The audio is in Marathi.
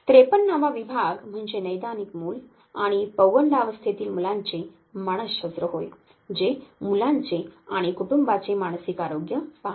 53 वा विभाग म्हणजे नैदानिक मूल आणि पौगंडावस्थेतील मुलांचे मानसशास्त्र होय जे मुलांचे आणि कुटुंबांचे मानसिक आरोग्य पाहते